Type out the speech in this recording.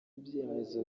ibyemezo